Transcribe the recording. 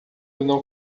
não